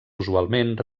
usualment